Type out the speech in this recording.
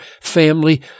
family